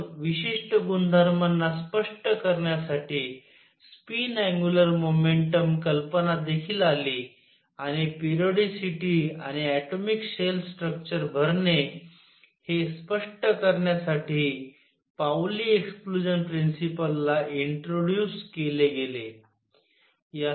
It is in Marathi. मग विशिष्ट गुणधर्मांना स्पष्ट करण्यासाठी स्पिन अँग्युलर मोमेंटम कल्पना देखील आली आणि पेरिओडीसीटी आणि ऍटोमिक शेल स्ट्रक्चर भरणे हे स्पष्ट करण्यासाठी पाऊली एक्सकलूजन प्रिंसिपल ला इंट्रोड्यूस केले गेले